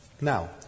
Now